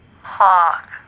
Hawk